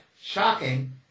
shocking